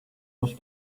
must